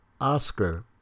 Oscar